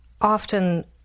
often